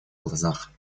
глазах